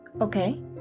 Okay